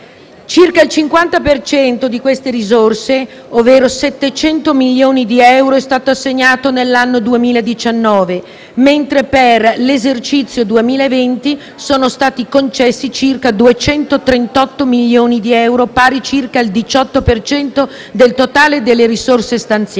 circa di queste risorse (ovvero 700 milioni di euro) è stato assegnato nell'anno 2019, mentre per l'esercizio 2020 sono stati concessi circa 238 milioni di euro, pari a circa il 18 per cento del totale delle risorse stanziate.